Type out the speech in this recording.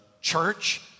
church